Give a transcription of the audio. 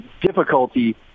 difficulty